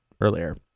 earlier